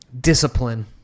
discipline